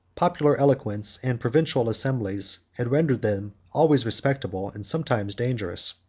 popular eloquence, and provincial assemblies, had rendered them always respectable, and sometimes dangerous.